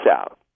out